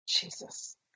Jesus